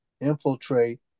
infiltrate